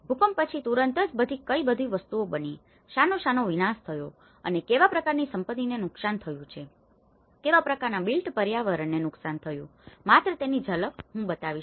ભૂકંપ પછી તુરંત જ કઈ બધી વસ્તુઓ બની છે શાનો શાનો વિનાશ થયો છે અને કેવા પ્રકારની સંપત્તિને નુકસાન થયું છે કેવા પ્રકારના બિલ્ટ પર્યાવરણને નુકસાન થયું છે માત્ર તેની ઝલક હું તમને બતાવીશ